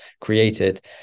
created